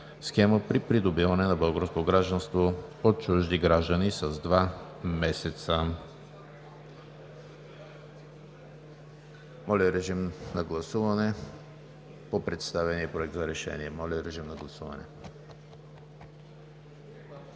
схема при придобиване на българско гражданство от чужди граждани с 2 (два) месеца.“